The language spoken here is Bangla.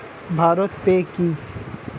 ভারত পে কি?